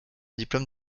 diplôme